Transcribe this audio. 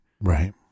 Right